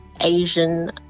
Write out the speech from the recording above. Asian